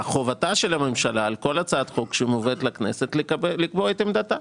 חובתה של הממשלה על כל הצעת חוק שמובאת לכנסת לקבוע את עמדתה.